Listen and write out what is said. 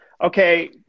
Okay